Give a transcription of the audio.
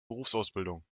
berufsausbildung